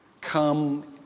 Come